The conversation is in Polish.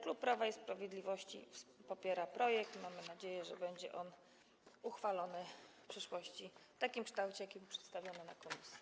Klub Prawa i Sprawiedliwości popiera projekt i mamy nadzieję, że będzie on uchwalony w przyszłości w takim kształcie, w jakim był przedstawiony w komisji.